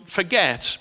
forget